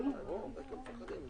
תיקון של התקנות לשעת חרום בנושא הזה,